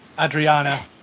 Adriana